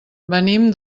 venim